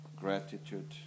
gratitude